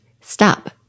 stop